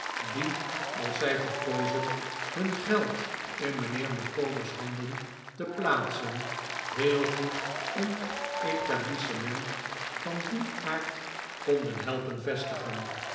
die als zij verkozen hun geld in mijnheer micawber's handen te plaatsen heel goed een etablissement van dien aard konden helpen vestigen